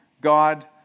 God